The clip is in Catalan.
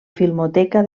filmoteca